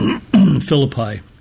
Philippi